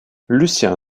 lucien